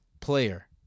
player